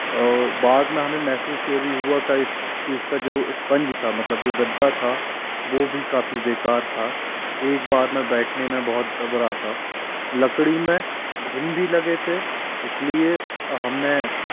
और बाद में हमें महसूस यह भी हुआ का इसकी इसका जो स्पंज था मतलब जो गद्दा था वह भी काफ़ी बेकार था एक बार में बैठने में बहुत दब रहा था लकड़ी में घुन भी लगे थे इसलिए हमने